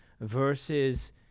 versus